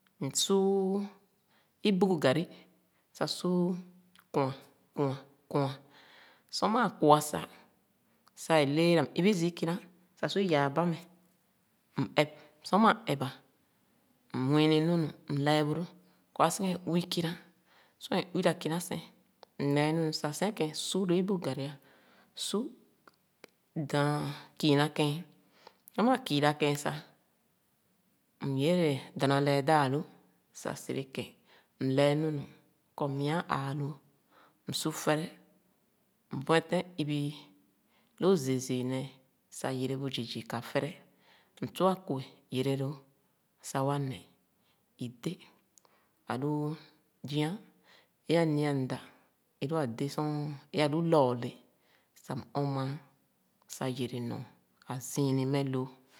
M’su Ibugu garri sah su kwɔ’a, kwɔ’a kwɔ’a. Sor maa kwo’a sah. sah é leerā, m’ ibi zii ikmà sah su yaa ba meh, m’ ɛp. Sor meh ɛp, m’wiini nunu, m’lɛɛ boro kɔ sikēn uwi kinà. Sor éuwwa kinà sēn, m’lɛɛ nunu sah sikén su ō ibugu garri ā su dààn, kiira kén. Sor meh kiirakèn sah, m’yene dèè dana lɛɛ daa-lu sah serekēn, m’lɛɛ nunu kɔ mia ā aa lōō, m’su tere, m’bueten ibi lōō zii zii nēē sah yerebu zii zii ka fere. M’su ak’e yerelōō sah wa neh, i dé ālu zia é ma mda é lōa dē sor alu lɔɔre sah m’ɔn māā sah yere nɔ sah a ziini meh loo.